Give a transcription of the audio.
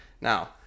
Now